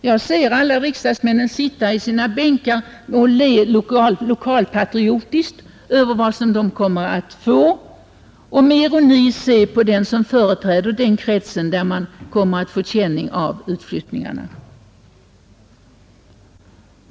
Jag ser alla riksdagsmännen sitta i sina bänkar och le lokalpatriotiskt över vad de kommer att få och med ironi se på dem som företräder den krets, där man kommer att få känning av utflyttningen.